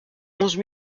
onze